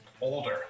older